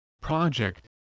Project